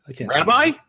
Rabbi